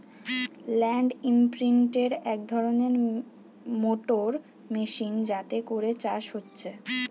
land ইমপ্রিন্টের এক ধরণের মোটর মেশিন যাতে করে চাষ হচ্ছে